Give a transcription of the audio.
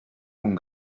con